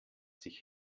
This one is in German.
sich